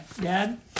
Dad